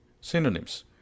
Synonyms